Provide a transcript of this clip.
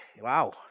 Wow